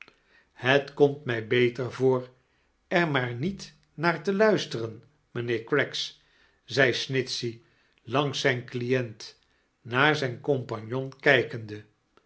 bet komt mij beter voor er maar niet naar te luisteren mijnhe r ciraggsi zei snitchey langsi zijn client naar zijn compagnon kijkende